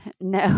No